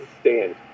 stand